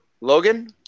Logan